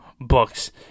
books